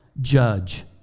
judge